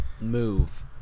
move